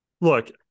Look